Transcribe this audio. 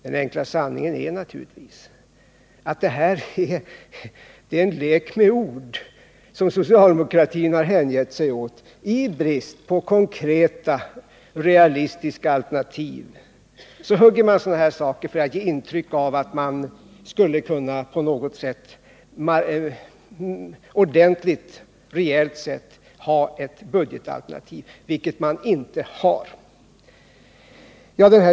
Men den enkla sanningen är naturligtvis den att socialdemokraterna bara har hängett sig åt en lek med ord. I brist på konkreta realistiska alternativ hugger man till med sådana här saker för att försöka ge intryck av att man skulle ha ett ordentligt budgetalternativ, vilket man ju inte har.